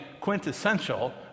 quintessential